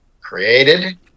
created